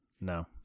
no